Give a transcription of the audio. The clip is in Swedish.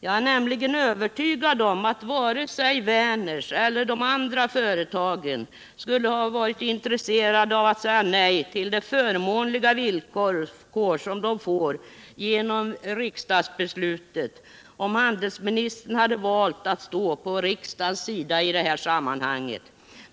Jag är nämligen övertygad om att varken Werners eller de andra företagen skulle ha varit intresserade av att säga nej till de förmånliga villkor som de får genom riksdagsbeslutet, om handelsministern hade valt att stå på riksdagens sida i detta fall.